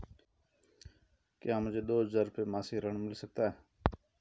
क्या मुझे दो हज़ार रुपये मासिक ऋण मिल सकता है?